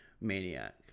maniac